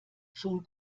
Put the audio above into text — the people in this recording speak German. schon